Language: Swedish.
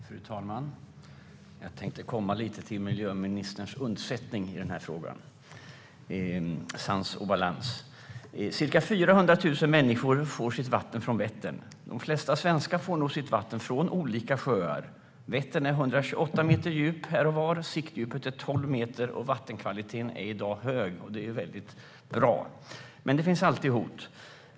Fru talman! Jag tänkte komma lite till miljöministerns undsättning i den här frågan. Sans och balans! Ca 400 000 människor får sitt vatten från Vättern. De flesta svenskar får nog sitt vatten från olika sjöar. Vättern är 128 meter djup. Här och var är siktdjupet 12 meter. Vattenkvaliteten är i dag hög, vilket är väldigt bra. Men det finns alltid hot.